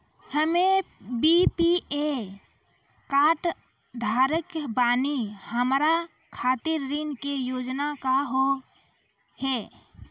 हम्मे BPL card धारक बानि हमारा खातिर ऋण के योजना का होव हेय?